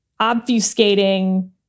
obfuscating